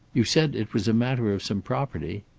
you said it was a matter of some property?